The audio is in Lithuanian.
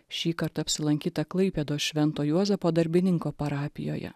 šįkart apsilankyta klaipėdos švento juozapo darbininko parapijoje